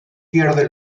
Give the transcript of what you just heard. pierde